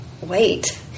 wait